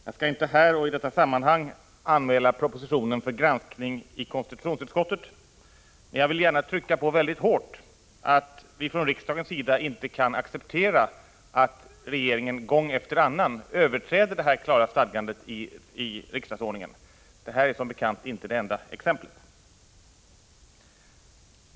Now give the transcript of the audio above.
Jag skall inte här och i detta sammanhang anmäla propositionen för granskning i konstitutionsutskottet, men jag vill trycka hårt på att vi i riksdagen inte kan acceptera att regeringen gång efter annan överträder detta klara stadgande i riksdagsordningen. Det här är som bekant inte det enda exemplet.